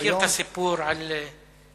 אתה מכיר את הסיפור על צ'רצ'יל,